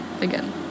again